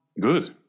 Good